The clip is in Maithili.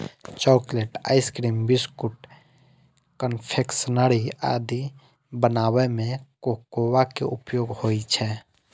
चॉकलेट, आइसक्रीम, बिस्कुट, कन्फेक्शनरी आदि बनाबै मे कोकोआ के उपयोग होइ छै